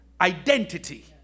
identity